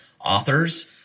authors